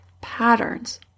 patterns